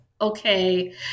okay